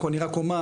אני רק אומר,